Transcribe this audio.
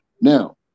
Now